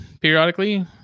periodically